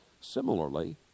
Similarly